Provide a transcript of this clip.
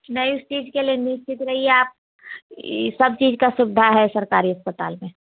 नहीं इस चीज के लिए निश्चिंत रहिए आप ये सब चीज का सुविधा है सरकारी अस्पताल में